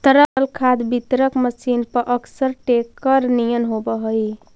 तरल खाद वितरक मशीन पअकसर टेंकर निअन होवऽ हई